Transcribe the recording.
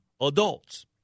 adults